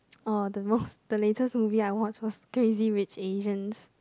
orh the most the latest movie I watched was Crazy-Rich-Asians